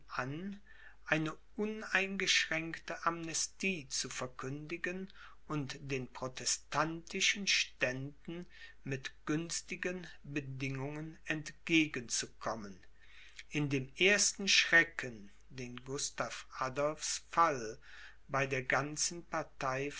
an eine uneingeschränkte amnestie zu verkündigen und den protestantischen ständen mit günstigen bedingungen entgegenzukommen in dem ersten schrecken den gustav adolphs fall bei der ganzen partei